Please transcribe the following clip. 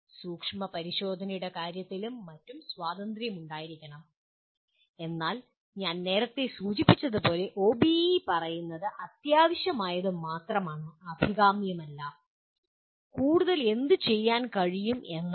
സൂക്ഷ്മപരിശോധനയുടെ കാര്യത്തിലും മറ്റും സ്വാതന്ത്ര്യം ഉണ്ടായിരിക്കണം എന്നാൽ ഞാൻ നേരത്തെ സൂചിപ്പിച്ചതുപോലെ ഇത് ഒബിഇ പറയുന്നത് അത്യാവശ്യമായത് മാത്രമാണ് അഭികാമ്യമല്ല കൂടുതൽ എന്തുചെയ്യാൻ കഴിയും എന്നല്ല